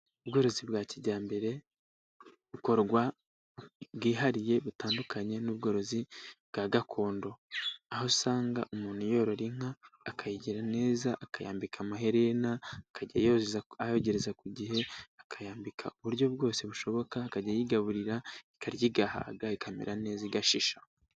Ubworozi bwa kijyambere bukorwa bwihariye butandukanye n'ubworozi bwa gakondo, aho usanga umuntu yorora inka akayigira neza akayambika amaherena, akajya yoza ayogezareza ku gihe, akayambika uburyo bwose bushoboka akajya yigaburira ikarya igahaga ikamera neza igashisha.